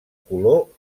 color